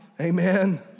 Amen